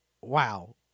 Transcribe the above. wow